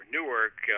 Newark